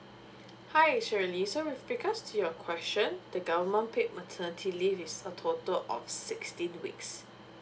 hi shirley so with regards to your question the government paid maternity leave is the total of sixteen weeks